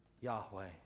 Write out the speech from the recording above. Yahweh